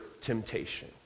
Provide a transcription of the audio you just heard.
temptation